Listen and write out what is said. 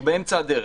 שהוא באמצע הדרך,